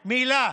מילה.